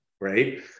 right